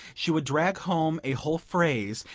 she would drag home a whole phrase,